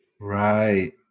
Right